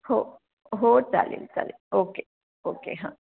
हो हो चालेल चालेल ओके ओके हां